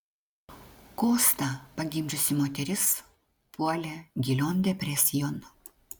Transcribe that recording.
kostą pagimdžiusi moteris puolė gilion depresijon